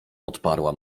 odparła